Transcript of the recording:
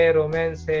romance